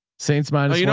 st. smiles, you know